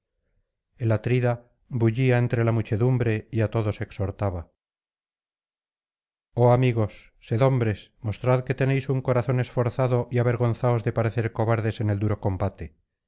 el atrida bullía entre la muchedumbre y á todos exhortaba oh amigos sed hombres mostrad que tenéis un corazón esforzado y avergonzaos de parecer cobardes en el duro combate